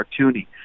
cartoony